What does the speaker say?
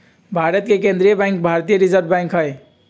भारत के केंद्रीय बैंक भारतीय रिजर्व बैंक हइ